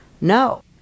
no